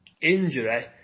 injury